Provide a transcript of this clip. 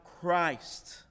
Christ